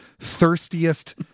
thirstiest